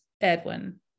Edwin